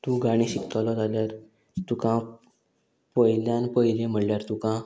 तूं गाणी शिकतलो जाल्यार तुका पयल्यान पयली म्हणल्यार तुका